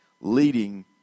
leading